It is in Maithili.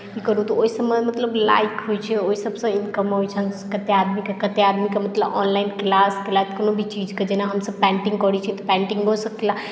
की करू तऽ ओहिसभसँ लाइफ होइत छै ओहिसमयसँ सभसँ इन्कम होइत छै कतेक आदमी कतेक आदमीकेँ मतलब ऑनलाइन क्लास केलथि कोनो भी चीजके जेना हमसभ पेन्टिंग करैत छी तऽ पेंटिंगोंसँ बहुत सारा क्लास